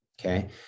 okay